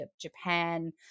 Japan